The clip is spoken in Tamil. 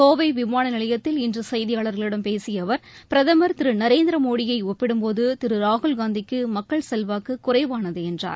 கோவை விமான நிலையத்தில் இன்று செய்தியாளர்களிடம் பேசிய அவர் பிரதமர் திரு நரேந்திரமோடியை ஒப்பிடும்போது திரு ராகுல்காந்திக்கு மக்கள் செல்வாக்கு குறைவானது என்றார்